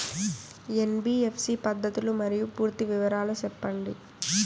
NBFC పద్ధతులు మరియు పూర్తి వివరాలు సెప్పండి?